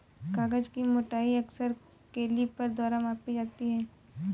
कागज की मोटाई अक्सर कैलीपर द्वारा मापी जाती है